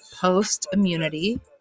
post-immunity